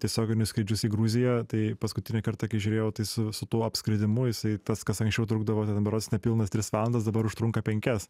tiesioginius skrydžius į gruziją tai paskutinį kartą kai žiūrėjau tai su su tuo apskridimu jisai tas kas anksčiau trukdavo ten berods nepilnas tris valandas dabar užtrunka penkias